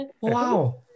Wow